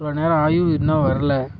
இவ்வளோ நேரம் ஆகியும் இன்னும் வரல